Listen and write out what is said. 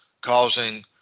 causing